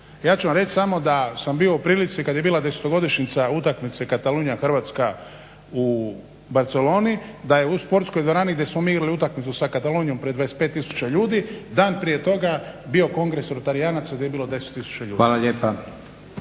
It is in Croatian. Ja ću vam reći samo da sam bio u prilici kad je bila 10-godišnjica utakmice Cataluna-Hrvatska u Barceloni da je u sportskoj dvorani gdje smo mi igrali utakmicu sa Catalunom pred 25000 ljudi, dan prije toga bio kongresor talijan … 10 tisuća ljudi. **Leko,